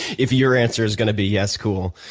if your answer is gonna be yes, cool.